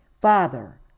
Father